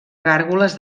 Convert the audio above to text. gàrgoles